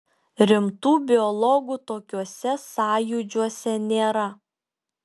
rimtų biologų tokiuose sąjūdžiuose nėra